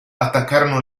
attaccarono